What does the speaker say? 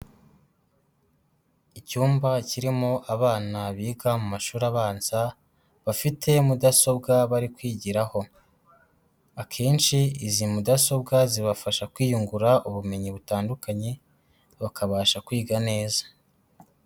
Icyumba kirimo abana biga mu mashuri abanza, bafite mudasobwa bari kwigiraho. Akenshi izi mudasobwa zibafasha kwiyungura ubumenyi butandukanye, bakabasha kwiga neza.